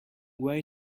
way